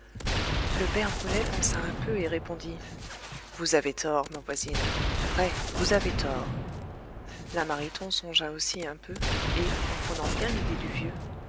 le père brulet pensa un peu et répondit vous avez tort ma voisine vrai vous avez tort la mariton songea aussi un peu et comprenant bien l'idée du vieux